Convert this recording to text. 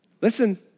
Listen